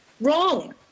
Wrong